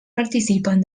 participen